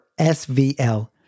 SVL